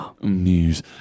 News